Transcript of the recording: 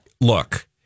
Look